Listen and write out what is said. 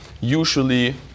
usually